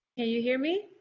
you hear me?